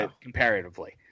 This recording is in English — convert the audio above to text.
comparatively